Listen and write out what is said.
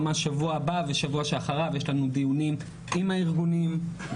ממש בשבוע הבא ובשבוע שאחריו יש לנו דיונים עם הארגונים.